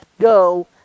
go